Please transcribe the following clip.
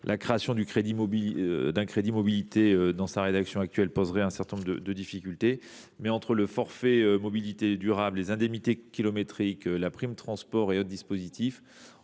la création d’un crédit mobilité, dans la rédaction que vous proposez, poserait un certain nombre de difficultés. Cependant, entre le forfait mobilités durables, les indemnités kilométriques, la prime transport et d’autres dispositifs